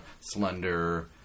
Slender